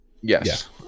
Yes